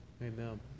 Amen